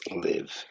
live